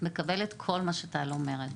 מקבלת כל מה שטל אומרת.